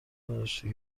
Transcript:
نداشته